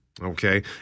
Okay